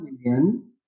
million